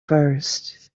first